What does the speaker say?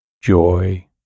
joy